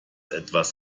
etwas